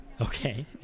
Okay